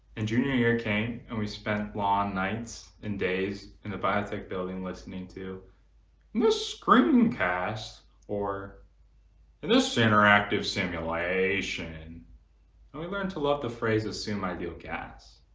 and junior year came and we spent long nights and days in the biotech building listening to this screencast or in this interactive simulation and and we learned to love the phrase assume ideal gas